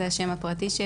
זה השם הפרטי שלי.